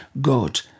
God